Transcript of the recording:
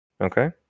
Okay